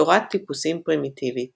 תורת טיפוסים פרימיטיבית